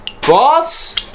boss